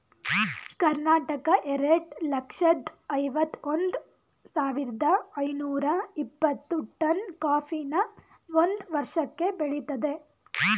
ಕರ್ನಾಟಕ ಎರಡ್ ಲಕ್ಷ್ದ ಐವತ್ ಒಂದ್ ಸಾವಿರ್ದ ಐನೂರ ಇಪ್ಪತ್ತು ಟನ್ ಕಾಫಿನ ಒಂದ್ ವರ್ಷಕ್ಕೆ ಬೆಳಿತದೆ